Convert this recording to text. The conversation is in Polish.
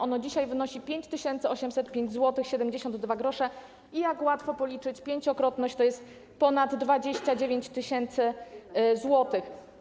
Ono dzisiaj wynosi 5805,72 zł i, jak łatwo policzyć, pięciokrotność to jest ponad 29 tys. zł.